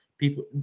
people